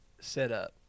setup